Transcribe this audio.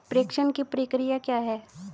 प्रेषण की प्रक्रिया क्या है?